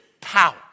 power